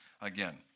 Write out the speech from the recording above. again